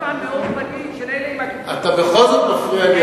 למה מדברים על העניין של מאור פנים בהקשר שלנו ולא של הכיפות הסרוגות?